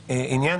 שאלה: